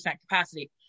capacity